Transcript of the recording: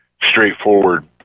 straightforward